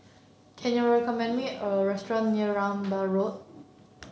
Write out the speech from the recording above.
can you recommend me a restaurant near Rambai Road